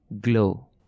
glow